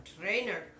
trainer